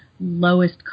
lowest